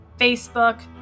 Facebook